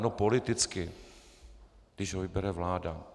No politicky, když ho vybere vláda.